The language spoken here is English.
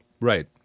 Right